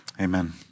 Amen